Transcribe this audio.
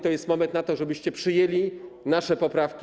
To jest moment na to, żebyście przyjęli nasze poprawki.